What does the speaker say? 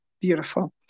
Beautiful